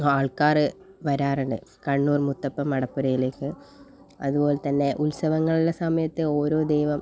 ആൾക്കാർ വരാറണ്ട് കണ്ണൂർ മുത്തപ്പൻ മടപ്പുരയിലേക്ക് അതുപോലെ തന്നെ ഉത്സവങ്ങളുടെ സമയത്തെ ഓരോ ദൈവം